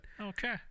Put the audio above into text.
okay